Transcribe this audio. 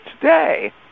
today